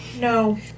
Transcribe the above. No